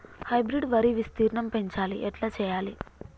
Hybrid వరి విస్తీర్ణం పెంచాలి ఎట్ల చెయ్యాలి?